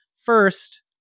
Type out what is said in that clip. first